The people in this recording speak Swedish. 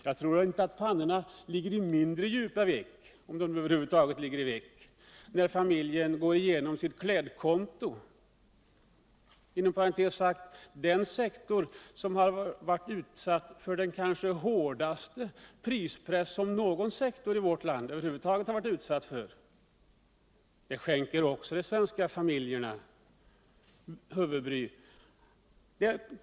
Jag tror inte att familjens pannor ligger i mindre djupa veck, när familjen går igenom sitt klädkonto —- den sektor som varit utsatt för den kanske härdaste prispress som någon sektor i vårt land över huvud taget varit utsatt för. Även det skänker de svenska familjerna huvudbry.